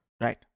right